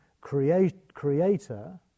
creator